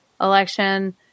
election